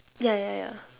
ya ya ya